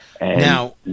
Now